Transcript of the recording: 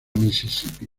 mississippi